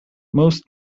most